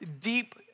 deep